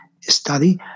study